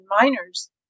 minors